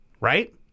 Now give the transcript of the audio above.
right